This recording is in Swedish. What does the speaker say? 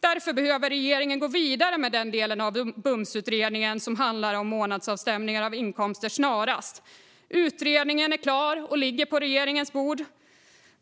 Därför behöver regeringen gå vidare med den del av BUMS-utredningen som handlar om månadsavstämningar av inkomster snarast. Utredningen är klar och ligger på regeringens bord.